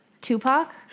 Tupac